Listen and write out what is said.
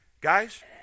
Guys